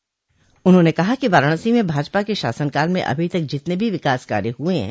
उन्होंने कहा कि वाराणसी में भाजपा के शासन काल में अभी तक जितने भो विकास कार्य हुए हैं